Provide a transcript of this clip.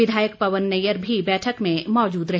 विधायक पवन नैयर भी बैठक में मौजूद रहे